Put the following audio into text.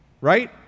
right